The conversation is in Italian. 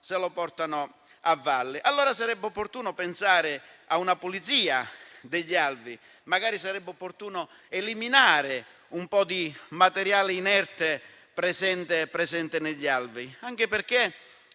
finisce a valle. Sarebbe opportuno pensare allora a una pulizia degli alvei. Magari sarebbe opportuno eliminare un po' di materiale inerte presente negli alvei, anche perché